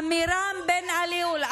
עמירם בן אוליאל.